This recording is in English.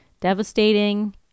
devastating